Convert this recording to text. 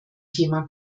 thema